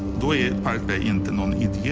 the pirate bay into and um